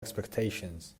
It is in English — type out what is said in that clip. expectations